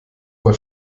mal